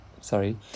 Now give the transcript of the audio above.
sorry